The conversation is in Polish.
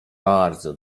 bardzo